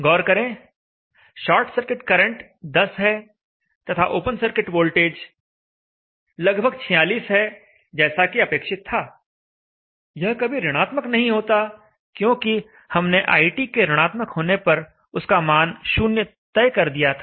गौर करें short circuit current 10 है तथा ओपन सर्किट वोल्टेज लगभग 46 है जैसा कि अपेक्षित था यह कभी ऋणात्मक नहीं होता क्योंकि हमने iT के ऋणात्मक होने पर उसका मान 0 तय कर दिया था